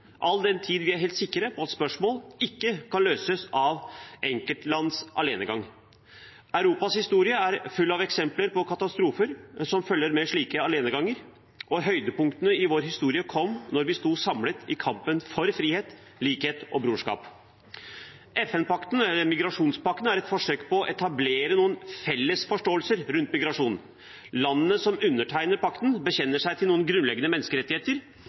all den tid vi er helt sikre på at spørsmål ikke kan løses av enkeltlands alenegang. Europas historie er full av eksempler på katastrofer som følger med slike aleneganger, og høydepunktene i vår historie kom da vi sto samlet i kampen for frihet, likhet og brorskap. Migrasjonspakten er et forsøk på å etablere en felles forståelse rundt migrasjon. Landene som undertegner pakten, bekjenner seg til noen grunnleggende menneskerettigheter